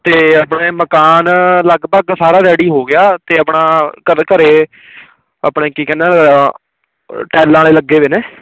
ਅਤੇ ਆਪਣੇ ਮਕਾਨ ਲਗਭਗ ਸਾਰਾ ਰੈਡੀ ਹੋ ਗਿਆ ਅਤੇ ਆਪਣਾ ਘਰ ਘਰੇ ਆਪਣੇ ਕਿ ਕਹਿੰਦਾਂ ਟੈਲਾਂ ਵਾਲੇ ਲੱਗੇ ਵੇ ਨੇ